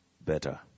better